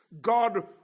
God